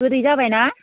गोदै जाबाय ना